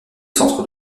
centre